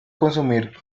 consumir